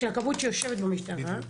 של הכבאות שיושבת במשטרה.